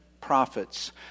prophets